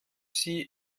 sie